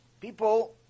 People